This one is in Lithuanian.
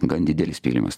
gan didelis pylimas